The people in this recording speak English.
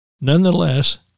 Nonetheless